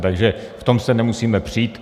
Takže v tom se nemusíme přít.